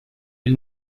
del